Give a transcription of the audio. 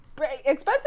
Expensive